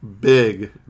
Big